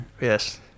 Yes